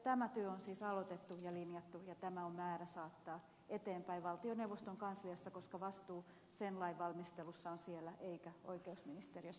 tämä työ on siis aloitettu ja linjattu ja tämä on määrä saattaa eteenpäin valtioneuvoston kansliassa koska vastuu sen lain valmistelusta on siellä eikä oikeusministeriössä